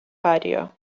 patio